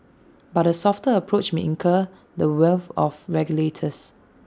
but A softer approach may incur the wrath of regulators